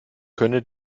könne